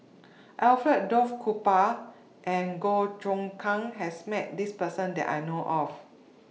Alfred Duff Cooper and Goh Choon Kang has Met This Person that I know of